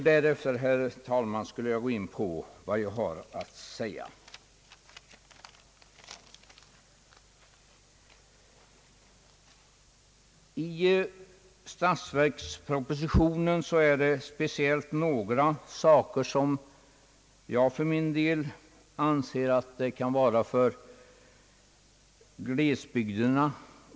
Det är några drag i årets statsverksproposition som jag anser särskilt gläd jande för glesbygderna.